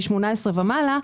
מגיל 18 ומעלה,